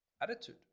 attitude